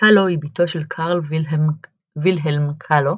קאלו היא בתו של קארל וילהלם קאלו,